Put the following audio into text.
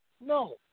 No